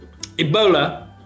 Ebola